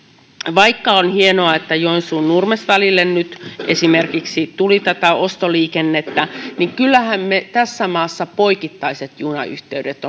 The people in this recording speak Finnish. vaikka on hienoa että joensuu nurmes välille nyt esimerkiksi tuli tätä ostoliikennettä niin kyllähän tässä maassa poikittaiset junayhteydet